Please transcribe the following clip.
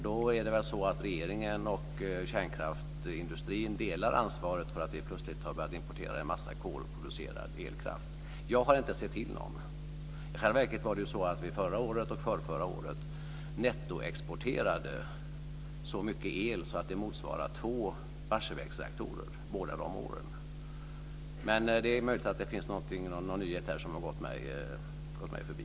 Då är det väl så att det är regeringen och kärnkraftsindustrin som delar ansvaret för att vi plötsligt har börjat importera en massa kolproducerad elkraft. Jag har inte sett till någon. I själva verket är det så att vi både förra året och förrförra året nettoexporterade så mycket el att det motsvarade två Barsebäcksreaktorer. Men det är möjligt att det finns någon nyhet här som har gått mig förbi.